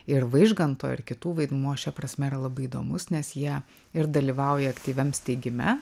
ir vaižganto ir kitų vaidmuo šia prasme labai įdomus nes jie ir dalyvauja aktyviam steigime